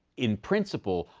in principle,